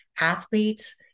athletes